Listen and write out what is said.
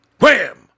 Wham